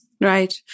Right